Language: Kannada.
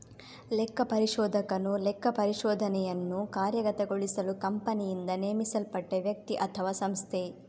ಲೆಕ್ಕಪರಿಶೋಧಕನು ಲೆಕ್ಕಪರಿಶೋಧನೆಯನ್ನು ಕಾರ್ಯಗತಗೊಳಿಸಲು ಕಂಪನಿಯಿಂದ ನೇಮಿಸಲ್ಪಟ್ಟ ವ್ಯಕ್ತಿ ಅಥವಾಸಂಸ್ಥೆ